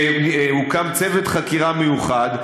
שהוקם צוות חקירה מיוחד.